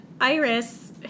Iris